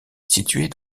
située